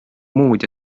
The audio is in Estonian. muud